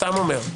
סתם אומר.